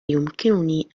يمكنني